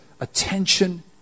attention